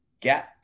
get